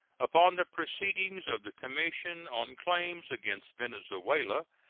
upon the proceedings of the commission on claims against venezuela,